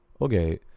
Okay